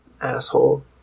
asshole